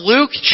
Luke